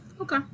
Okay